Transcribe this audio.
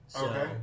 Okay